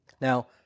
Now